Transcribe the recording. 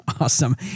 awesome